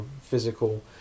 physical